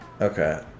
Okay